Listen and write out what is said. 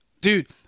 Dude